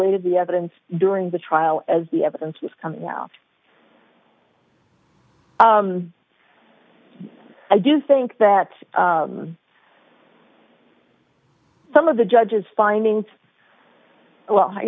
of the evidence during the trial as the evidence was coming out i do think that some of the judge's findings well i